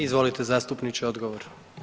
Izvolite zastupniče odgovor.